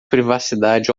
privacidade